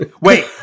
Wait